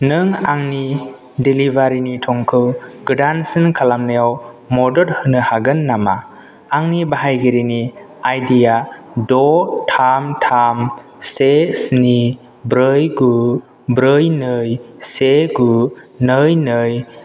नों आंनि डेलिभारिनि थंखौ गोदानसिन खालामनायाव मदद होनो हागोन नामा आंनि बाहायगिरिनि आइडि या द' थाम थाम से स्नि ब्रै गु ब्रै नै से गु नै नै